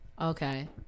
Okay